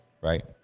right